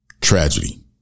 tragedy